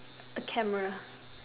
A camera